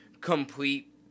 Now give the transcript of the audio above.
complete